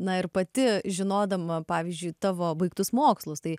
na ir pati žinodama pavyzdžiui tavo baigtus mokslus tai